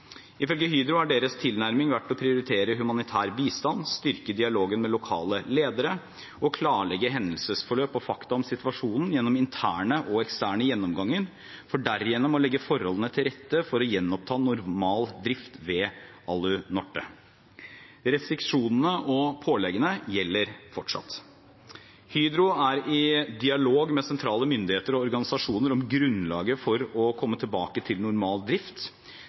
Ifølge Hydro har deres tilnærming vært å prioritere humanitær bistand, styrke dialogen med lokale ledere, klarlegge hendelsesforløp og fakta om situasjonen gjennom interne og eksterne gjennomganger, for derigjennom å legge forholdene til rette for å gjenoppta normal drift ved Alunorte. Restriksjonene og påleggene gjelder fortsatt. Hydro er i dialog med sentrale myndigheter og organisasjoner om grunnlaget for å komme tilbake til normal drift.